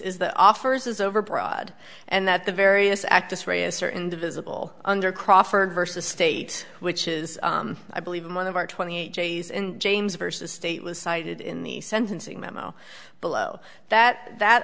is that offers is overbroad and that the various acts re assert indivisible under crawford versus state which is i believe in one of our twenty eight days in james versus state was cited in the sentencing memo below that that